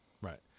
right